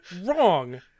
wrong